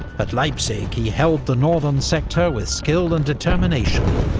at leipzig. he held the northern sector with skill and determination,